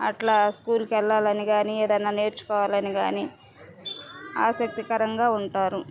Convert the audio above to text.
అట్లా స్కూల్కి వెళ్ళాలని కానీ ఏదన్నా నేర్చుకోవాలని కానీ ఆసక్తికరంగా ఉంటారు